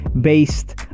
based